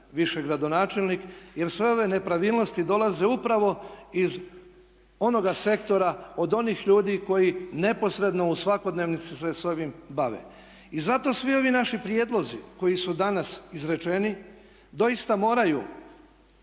više gradonačelnik. Jer sve ove nepravilnosti dolaze upravo iz onoga sektora, od onih ljudi koji neposredno u svakodnevnici se s ovim bave. I zato svi ovi naši prijedlozi koji su danas izrečeni, doista moraju